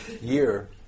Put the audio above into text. year